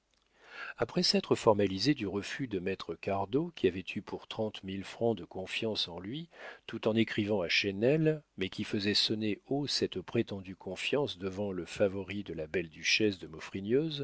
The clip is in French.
après s'être formalisé du refus de maître cardot qui avait eu pour trente mille francs de confiance en lui tout en écrivant à chesnel mais qui faisait sonner haut cette prétendue confiance devant le favori de la belle duchesse de